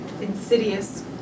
insidious